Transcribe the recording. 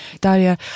Daria